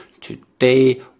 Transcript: Today